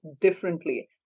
differently